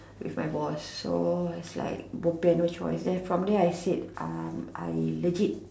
if my boss so was like bo pian no choice from there I said I'm I legit